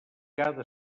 cada